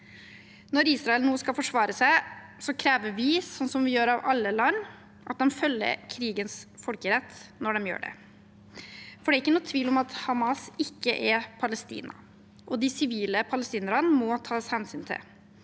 Når Israel nå skal forsvare seg, krever vi, som vi gjør av alle land, at de følger krigens folkerett når de gjør det. Det er ikke noen tvil om at Hamas ikke er Palestina, og de sivile palestinerne må tas hensyn til.